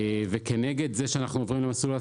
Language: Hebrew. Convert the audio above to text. כנגד זה שאנחנו עוברים למסלול של